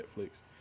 Netflix